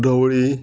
ढवळी